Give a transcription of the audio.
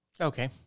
Okay